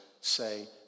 say